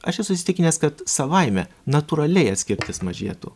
aš esu įsitikinęs kad savaime natūraliai atskirtis mažėtų